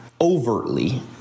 overtly